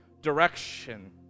direction